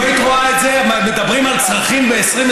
אם היית רואה את זה, מדברים על צרכים ב-2025?